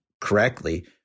correctly